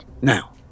Now